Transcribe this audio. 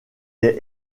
est